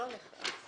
לא מנענו ממנו.